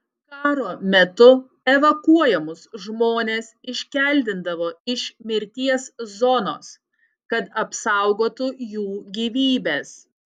karo metu evakuojamus žmones iškeldindavo iš mirties zonos kad apsaugotų jų gyvybes